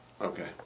Okay